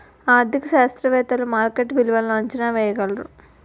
ఆర్థిక శాస్త్రవేత్తలు మార్కెట్ విలువలను అంచనా వేయగలరు